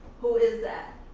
who is that?